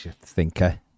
thinker